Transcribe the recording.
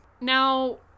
Now